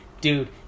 dude